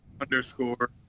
underscore